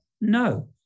No